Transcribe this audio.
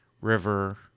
River